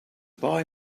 buy